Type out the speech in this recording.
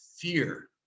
Fear